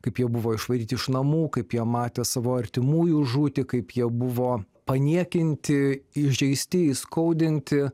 kaip jie buvo išvaryti iš namų kaip jie matė savo artimųjų žūtį kaip jie buvo paniekinti įžeisti įskaudinti